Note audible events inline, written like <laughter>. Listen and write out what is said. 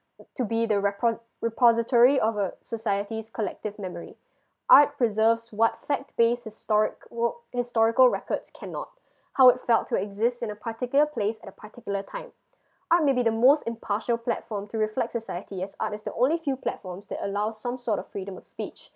to be the repo~ repository of a society's collective memory art preserves what fact base historic o~ historical records cannot <breath> how it felt to exist in a particular place at a particular time art may be the most impartial platform to reflect society as art is the only few platforms that allow some sort of freedom of speech